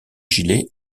gilet